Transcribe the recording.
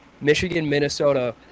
Michigan-Minnesota